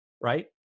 right